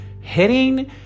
hitting